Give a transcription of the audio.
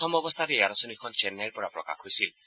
প্ৰথম অৱস্থাত এই আলোচনীখন চেন্নাইৰ পৰা প্ৰকাশ হৈছিল